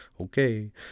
okay